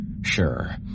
Sure